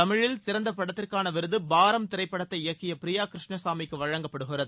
தமிழில் சிறந்த படத்திற்காள விருது பாரம் திரைப்படத்தை இயக்கிய பிரியா கிருஷ்ணசாமிக்கு வழங்கப்படுகிறது